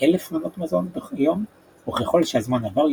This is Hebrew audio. כ-1000 מנות מזון ביום וככול שהזמן עבר,